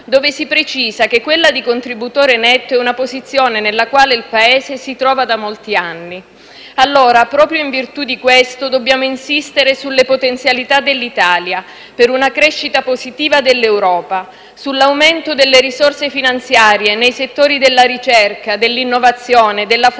dove si precisa che quella di contributore netto è una posizione nella quale il Paese si trova da molti anni. Proprio in virtù di questo, dobbiamo insistere sulle potenzialità dell'Italia per una crescita positiva dell'Europa: sull'aumento delle risorse finanziarie nei settori della ricerca, dell'innovazione, della formazione